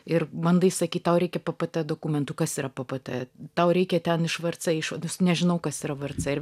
ir bandai sakyt tau reikia ppt dokumentų kas yra ppt tau reikia ten iš vrc išvados nežinau kas yra vrc ir